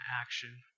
action